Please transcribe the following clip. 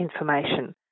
information